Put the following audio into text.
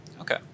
Okay